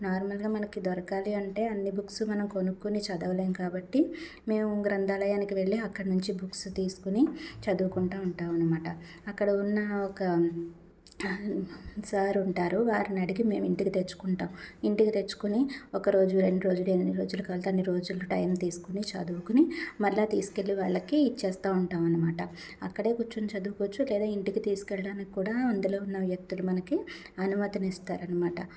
నార్మల్గా మనకి దొరకాలి అంటే అన్ని బుక్స్ మనం కొనుక్కొని చదవలేం కాబట్టి మేము గ్రంథాలయానికి వెళ్లి అక్కడ నుంచి బుక్స్ తీసుకుని చదువుకుంటా ఉంటాం అనమాట అక్కడ ఉన్న ఒక సార్ ఉంటారు వారిని అడిగి మేము ఇంటికి తెచ్చుకుంటాం ఇంటికి తెచ్చుకుని ఒక రోజు రెండు రెండు రోజులు ఎన్ని రోజులు కావాలంటే అన్ని రోజులు టైం తీసుకుని చదువుకుని మరల తీసుకెళ్లి వాళ్ళకి ఇచ్చేస్తా ఉంటాం అనమాట అక్కడే కూర్చొని చదువుకోవచ్చు లేదా ఇంటికి తీసుకు వెళ్లడానికి కూడా అందులో ఉన్న వ్యక్తులు మనకి అనుమతిని ఇస్తారు అనమాట